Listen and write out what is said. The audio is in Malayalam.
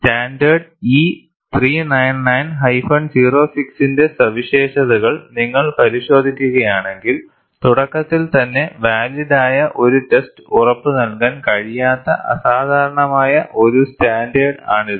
സ്റ്റാൻഡേർഡ് E 399 06 ന്റെ സവിശേഷതകൾ നിങ്ങൾ പരിശോധിക്കുകയാണെങ്കിൽ തുടക്കത്തിൽ തന്നെ വാലിഡ് ആയ ഒരു ടെസ്റ്റ് ഉറപ്പുനൽകാൻ കഴിയാത്ത അസാധാരണമായ ഒരു സ്റ്റാൻഡേർഡ്സ് ആണിത്